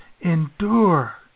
endure